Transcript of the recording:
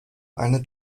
eine